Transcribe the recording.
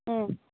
ம்